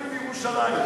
בירושלים.